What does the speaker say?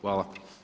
Hvala.